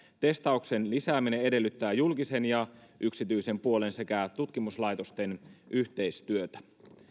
testauksen lisääminen edellyttää julkisen ja yksityisen puolen sekä tutkimuslaitosten yhteistyötä